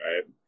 right